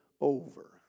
over